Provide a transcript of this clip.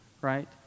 right